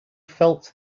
felt